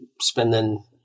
spending